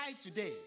today